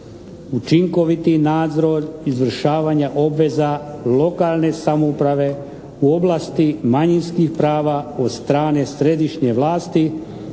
učinkoviti nadzor izvršavanja obveza lokalne samouprave u oblasti manjinskih prava od strane središnje vlasti,